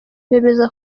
bemeza